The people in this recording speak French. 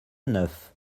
neuf